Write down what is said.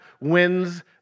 wins